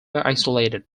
isolated